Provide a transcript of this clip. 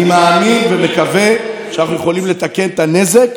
אני מאמין ומקווה שאנחנו יכולים לתקן את הנזק